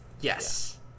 yes